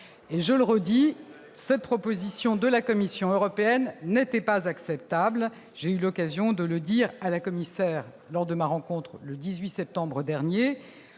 Je le répète, cette proposition de la Commission européenne n'était pas acceptable- j'ai eu l'occasion de le dire à la commissaire lors de ma rencontre le 18 septembre dernier